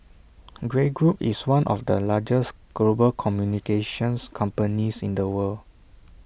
Grey Group is one of the largest global communications companies in the world